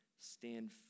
stand